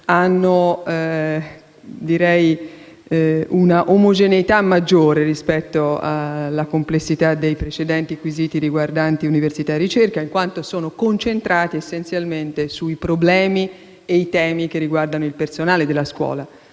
corrisponde un'omogeneità maggiore rispetto alla complessità dei precedenti quesiti, riguardanti l'università e la ricerca, in quanto sono concentrati essenzialmente sui problemi e i temi riguardanti il personale della scuola.